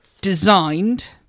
designed